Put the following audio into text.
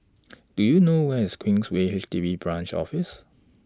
Do YOU know Where IS Queensway H D B Branch Office